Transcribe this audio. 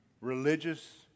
religious